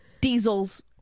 diesel's